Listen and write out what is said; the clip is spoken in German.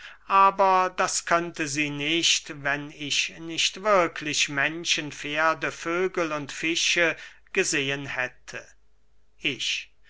aber das könnte sie nicht wenn ich nicht wirklich menschen pferde vögel und fische gesehen hätte ich